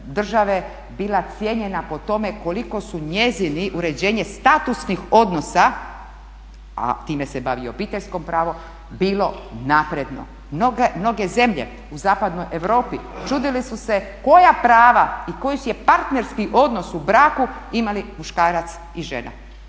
države bila cijenjena po tome koliko su njezini uređenje statusnih odnosa, a time se bavi obiteljsko pravo, bilo napredno. Mnoge zemlje u zapadnoj Europi čudile su se koja prava i koji su partnerski odnos u braku imali muškarac i žena.